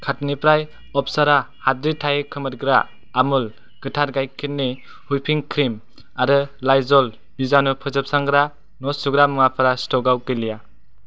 कार्टनिफ्राय अपसारा हाद्रि थायि खोमोरग्रा आमुल गोथार गायखेरनि व्हिपिं क्रिम आरो लाइजल बिजानु फोजोबस्रांग्रा न' सुग्रा मुवाफोरा स्टकआव गैलिया